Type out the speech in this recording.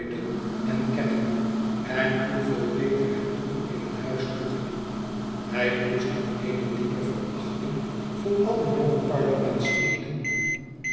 en canning en hoeveel beter het toen in het huis toeging hij koestert eene diepe verachting voor alle jonge parlementsleden